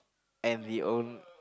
and the own